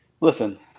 Listen